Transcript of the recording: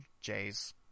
Jays